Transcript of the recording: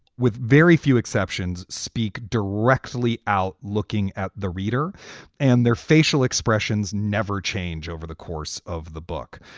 with very few exceptions, speak directly out looking at the reader and their facial expressions never change over the course of the book.